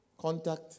Contact